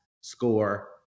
score